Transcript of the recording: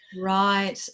Right